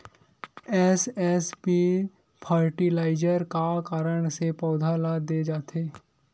SSP fertiliser का कारण से पौधा ल दे जाथे?